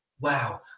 wow